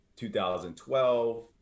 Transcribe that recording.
2012